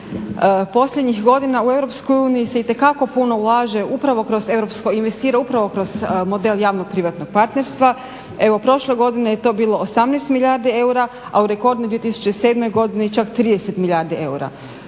posljednjih godina u EU se itekako ulaže upravo kroz model javno privatnog partnerstva. Evo prošle godine je to bilo 18 milijardi eura, a u rekordnoj godini 2007.godini čak 30 milijardi eura.